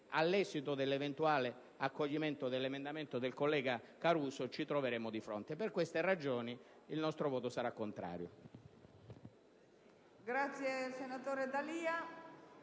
all'esito dell'eventuale accoglimento dell'emendamento del senatore Caruso, ci troveremo di fronte. Per queste ragioni, il voto del mio Gruppo sarà contrario.